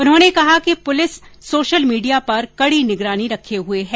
उन्होंने कहा कि पुलिस सोशल मीडिया पर कड़ी नजर रखे हुए है